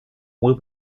will